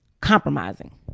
compromising